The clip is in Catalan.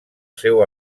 seu